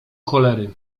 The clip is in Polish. cholery